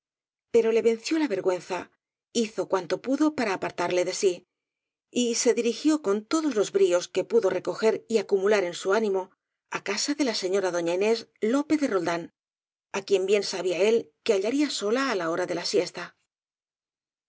pero le venció la vergüenza hizo cuanto pudo para apar tarle de sí y se dirigió con todos los bríos que pudo recoger y acumular en su ánimo á casa de la señora doña inés lópez de roldán á quien bien sabía él que hallaría sola á la hora de la siesta